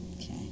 Okay